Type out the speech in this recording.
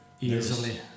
Easily